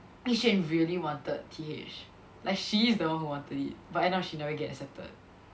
Yi Xuan really wanted T_H like she is the one who wanted it but end up she never get accepted